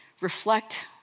reflect